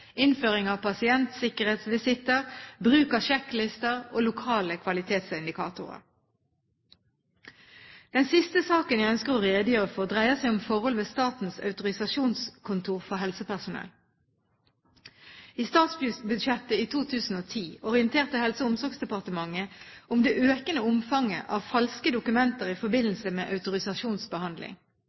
innføring av pasientsikkerhetsvisitter, bruk av sjekklister og lokale kvalitetsindikatorer. Den siste saken jeg ønsker å redegjøre for, dreier seg om forhold ved Statens autorisasjonskontor for helsepersonell. I statsbudsjettet for 2010 orienterte Helse- og omsorgsdepartementet om det økende omfanget av falske dokumenter i forbindelse med autorisasjonsbehandling.